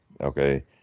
Okay